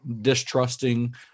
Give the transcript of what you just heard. distrusting